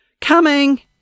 Coming